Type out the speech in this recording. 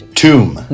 tomb 。